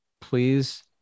please